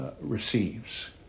receives